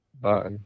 bye